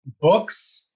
books